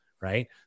right